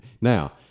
Now